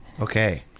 Okay